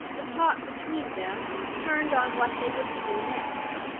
the talk between them turned on what they were to do next.